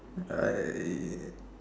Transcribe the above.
I